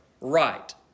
right